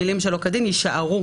המילים "שלא כדין" יישארו בסעיף.